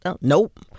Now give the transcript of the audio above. Nope